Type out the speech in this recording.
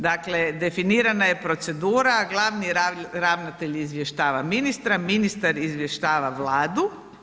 Dakle definirana je procedura, glavni ravnatelj izvještava ministra, ministar izvještava Vladu.